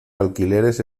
alquileres